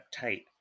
tight